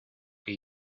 que